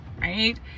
right